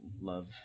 love